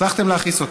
הצלחתם להכעיס אותי.